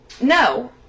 No